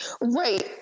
Right